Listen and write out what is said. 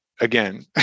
again